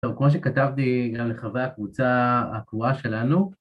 טוב, כמו שכתבתי גם לחברי הקבוצה הקבועה שלנו,